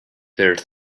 there